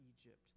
Egypt